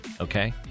okay